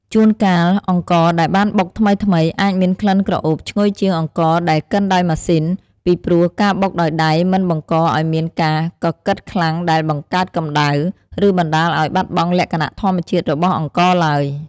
ជួនកាល អង្ករដែលបានបុកថ្មីៗអាចមានក្លិនក្រអូបឈ្ងុយជាងអង្ករដែលកិនដោយម៉ាស៊ីន ពីព្រោះការបុកដោយដៃមិនបង្កឲ្យមានការកកិតខ្លាំងដែលបង្កើតកម្ដៅ ឬបណ្ដាលឲ្យបាត់បង់លក្ខណៈធម្មជាតិរបស់អង្ករឡើយ។